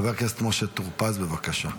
חבר הכנסת משה טור פז, בבקשה.